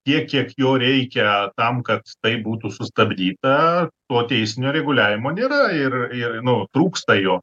tiek kiek jo reikia tam kad tai būtų sustabdyta to teisinio reguliavimo nėra ir ir nu trūksta jo